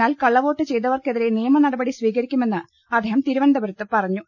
എന്നാൽ കള്ളവോട്ട് ചെയ്തവർക്കെതിരെ നിയമനടപ്പടി സ്വീക രിക്കുമെന്ന് അദ്ദേഹം തിരുവനന്തപുരത്ത് പറഞ്ഞു